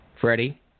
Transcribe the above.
Freddie